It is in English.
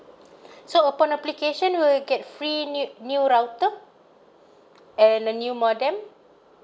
so upon application will get free new new router and the new modem